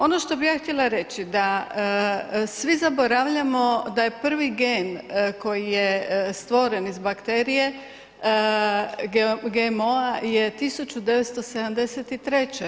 Ovo što bih ja htjela reći da svi zaboravljamo da je prvi gen koji je stvoren iz bakterije GMO-a je 1973.